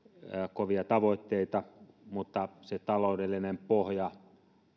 kovia tavoitteita mutta se taloudellinen pohja